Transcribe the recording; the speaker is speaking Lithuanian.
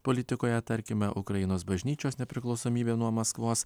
politikoje tarkime ukrainos bažnyčios nepriklausomybė nuo maskvos